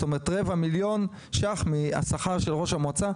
זאת אומרת רבע מיליון ש"ח מהשכר של ראש המועצה,